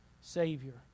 savior